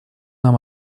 нам